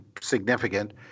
significant